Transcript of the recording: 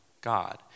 God